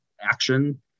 action